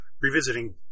revisiting